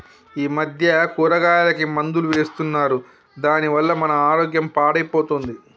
ఈ మధ్య కూరగాయలకి మందులు వేస్తున్నారు దాని వల్ల మన ఆరోగ్యం పాడైపోతుంది